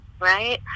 right